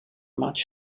much